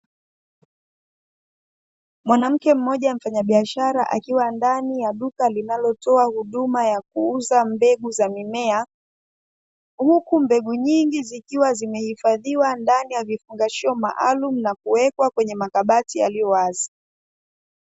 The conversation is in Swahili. Mwanamke mmoja mfanyabiashara akiwa ndani ya duka linalotoa huduma ya kuuza mbegu za mimea. Huku mbegu nyingi zikiwa zimehifadhiwa ndani ya vifungashio maalumu na kuwekwa kwenye makabati yaliyowazi.